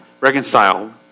reconcile